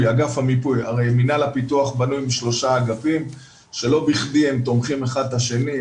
הרי מינהל הפיתוח בנוי משלושה אגפים שלא בכדי הם תומכים אחד את השני.